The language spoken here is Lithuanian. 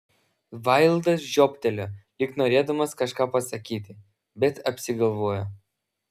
vaildas žiobtelėjo lyg norėdamas kažką pasakyti bet apsigalvojo